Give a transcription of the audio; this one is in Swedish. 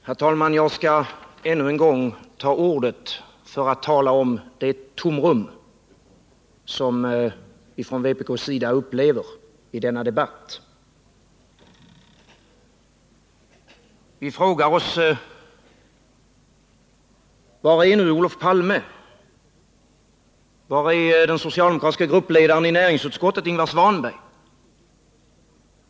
Herr talman! Jag skall ännu en gång ta till orda för att tala om det tomrum som vi som företräder vpk upplever i denna debatt. Vi frågar oss: Var är nu Olof Palme? Var är den socialdemokratiske gruppledaren i näringsutskottet Ingvar Svanberg?